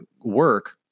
work